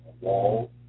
wall